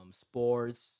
sports